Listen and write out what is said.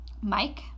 Mike